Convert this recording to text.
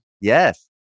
Yes